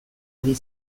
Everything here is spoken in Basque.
ari